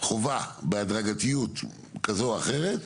חובה בהדרגתיות כזו או אחרת,